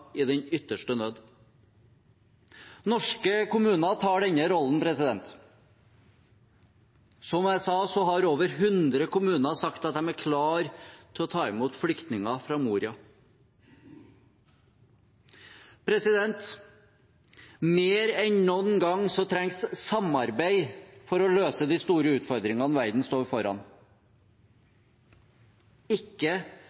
i den ytterste nød. Norske kommuner tar denne rollen. Som jeg sa, har over 100 kommuner sagt at de er klare til å ta imot flyktninger fra Moria. Mer enn noen gang trengs samarbeid for å løse de store utfordringene verden står